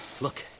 Look